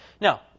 Now